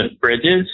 Bridges